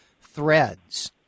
threads